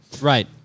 Right